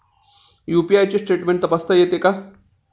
UPI चे statement तपासता येते का?